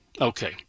Okay